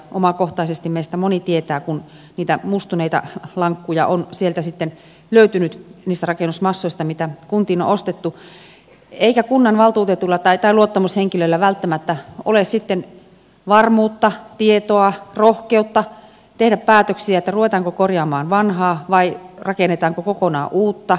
omakohtaisesti meistä moni tietää kun niitä mustuneita lankkuja on sieltä sitten löytynyt niistä rakennusmassoista mitä kuntiin on ostettu eikä kunnanvaltuutetulla tai luottamushenkilöllä välttämättä ole sitten varmuutta tietoa rohkeutta tehdä päätöksiä ruvetaanko korjaamaan vanhaa vai rakennetaanko kokonaan uutta